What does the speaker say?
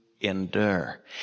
endure